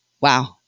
Wow